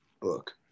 book